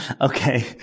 Okay